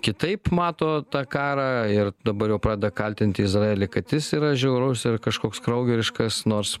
kitaip mato tą karą ir dabar jau pradeda kaltinti izraelį kad jis yra žiaurus ir kažkoks kraugeriškas nors